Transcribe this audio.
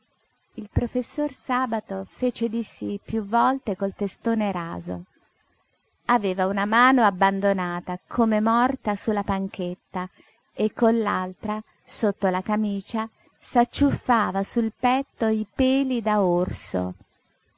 il professor sabato fece di sí piú volte col testone raso aveva una mano abbandonata come morta su la panchetta e con l'altra sotto la camicia s'acciuffava sul petto i peli da orso